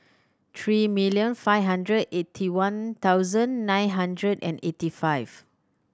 three million five hundred eighty one thousand nine hundred and eighty five